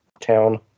town